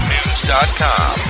News.com